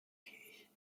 ich